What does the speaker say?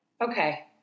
Okay